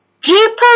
people